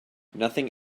nothing